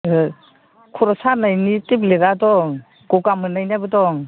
ए खर' सानायनि टेब्लेटआ दं गगा मोननायनाबो दं